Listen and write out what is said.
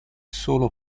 solo